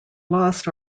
lost